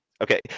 okay